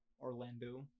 Orlando